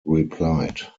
replied